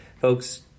folks